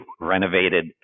renovated